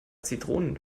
zitronen